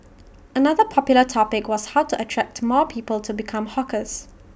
another popular topic was how to attract more people to become hawkers